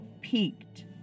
peaked